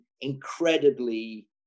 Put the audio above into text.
incredibly